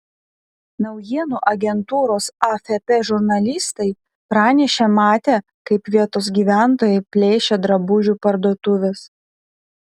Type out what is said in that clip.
naujienų agentūros afp žurnalistai pranešė matę kaip vietos gyventojai plėšia drabužių parduotuves